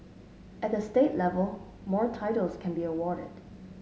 at the state level more titles can be awarded